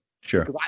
Sure